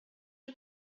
you